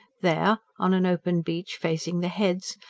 there, on an open beach facing the heads,